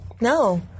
No